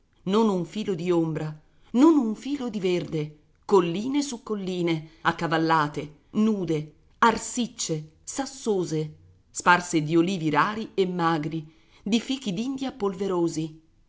non un filo di ombra non un filo di verde colline su colline accavallate nude arsicce sassose sparse di olivi rari e magri di fichidindia polverosi